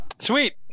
Sweet